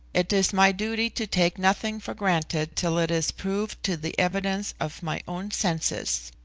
it is my duty to take nothing for granted till it is proved to the evidence of my own senses.